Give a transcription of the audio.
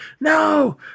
No